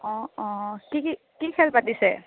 অঁ অঁ কি কি কি খেল পাতিছে